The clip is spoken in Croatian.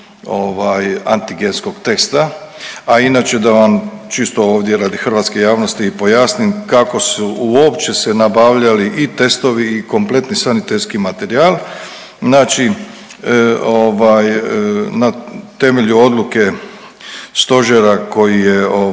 antigenskog testa, a inače da vam čisto ovdje radi hrvatske javnosti pojasnim kako su uopće se nabavljali i testovi i kompletni sanitetski materijal. Znači ovaj na temelju odluke stožera koji je